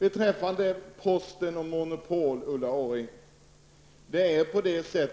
Beträffande Posten och monopol, Ulla Orring, vill jag säga